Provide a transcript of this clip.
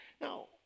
Now